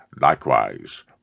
Likewise